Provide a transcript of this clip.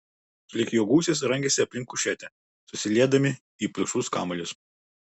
sulig jo gūsiais rangėsi aplink kušetę susiliedami į pilkšvus kamuolius